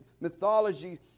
mythology